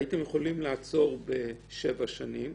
הייתם יכולים לעצור ב-7 שנים,